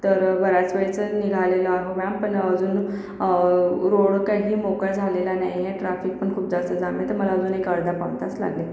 तर बऱ्याच वेळचं निघालेलो आहे मॅम पण अजून रोड काही मोकळा झालेला नाही आहे ट्राफिक पण खूप जास्त जाम आहे तर मला अजून एक अर्धा पाऊण तास लागेल